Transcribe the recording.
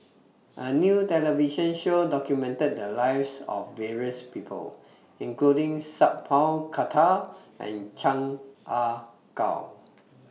A New television Show documented The Lives of various People including Sat Pal Khattar and Chan Ah Kow